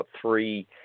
three